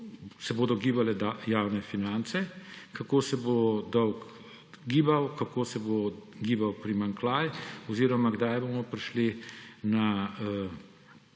kako se bodo gibale javne finance, kako se bo dolg gibal, kako se bo gibal primanjkljaj oziroma kdaj bomo prišli do